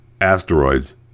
asteroids